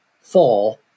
fall